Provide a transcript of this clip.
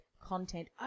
content